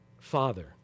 Father